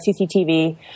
CCTV